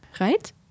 right